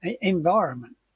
environment